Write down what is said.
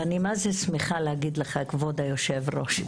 אני שמחה להגיד לך, כבוד היושב-ראש.